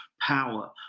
power